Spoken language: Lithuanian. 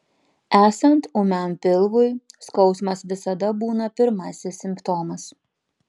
esant ūmiam pilvui skausmas visada būna pirmasis simptomas